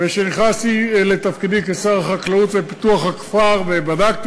כשנכנסתי לתפקידי כשר החקלאות ופיתוח הכפר ובדקתי,